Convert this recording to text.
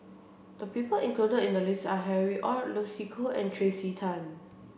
the people included in the list are Harry Ord Lucy Koh and Tracey Tan